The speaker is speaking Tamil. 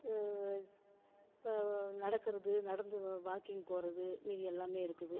நடக்கிறது நடந்து வாக்கிங் போகிறது இது எல்லாமே இருக்குது